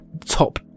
top